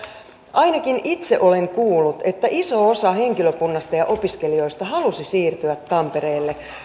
ainakin itse olen kuullut että iso osa henkilökunnasta ja opiskelijoista halusi siirtyä tampereelle